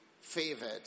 favored